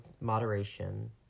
moderation